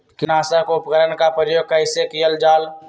किटनाशक उपकरन का प्रयोग कइसे कियल जाल?